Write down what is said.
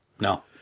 No